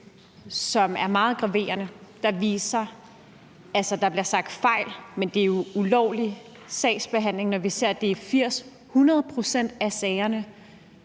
som er meget graverende. Altså, der bliver sagt »fejl«, men det er jo ulovlig sagsbehandling, når vi ser, at det er 80-100 pct. af sagerne,